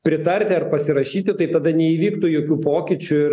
pritarti ar pasirašyti tai tada neįvyktų jokių pokyčių ir